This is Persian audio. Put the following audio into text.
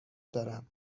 دارم